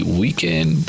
weekend